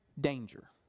danger